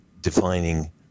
defining